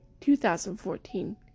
2014